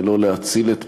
זה לא להציל את פולארד,